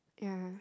yeah